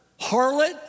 harlot